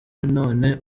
none